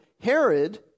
Herod